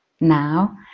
now